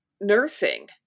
nursing